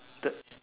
the